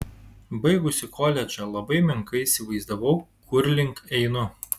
baigusi koledžą labai menkai įsivaizdavau kur link einu